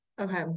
okay